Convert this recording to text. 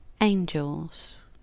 Angels